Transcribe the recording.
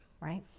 right